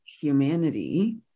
humanity